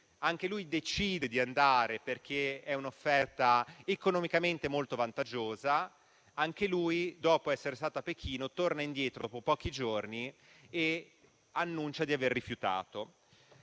Anche lui decide di andare perché è un'offerta economicamente molto vantaggiosa; anche lui, dopo essere stato a Pechino, torna indietro dopo pochi giorni e annuncia di aver rifiutato.